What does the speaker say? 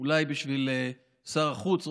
בשביל שר החוץ,